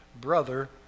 brother